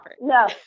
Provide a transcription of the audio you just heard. no